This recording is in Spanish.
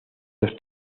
dos